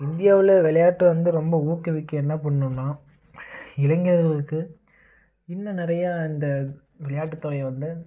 இந்தியாவில் விளையாட்ட வந்து ரொம்ப ஊக்குவிக்க என்ன பண்ணணுன்னா இளைஞர்களுக்கு இன்னும் நிறையா இந்த விளையாட்டு துறையை வந்து